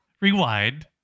Rewind